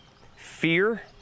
fear